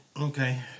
Okay